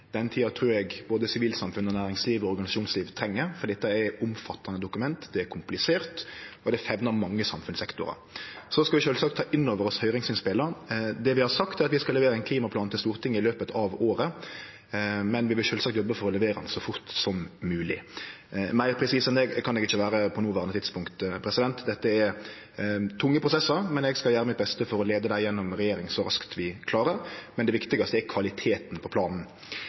Den tida trur eg både sivilsamfunnet, næringsliv og organisasjonsliv treng, for dette er omfattande dokument, det er komplisert og femnar mange samfunnssektorar. Vi skal sjølvsagt ta inn over oss høyringsinnspela. Det vi har sagt, er at vi skal levere ein klimaplan til Stortinget i løpet av året, men vi vil sjølvsagt jobbe for å levere han så fort som mogleg. Meir presis enn det kan eg ikkje vere på noverande tidspunkt. Dette er tunge prosessar, men eg skal gjere mitt beste for å leie dei gjennom regjering så raskt vi klarer. Men det viktigaste er kvaliteten på planen.